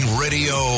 radio